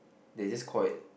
they just call it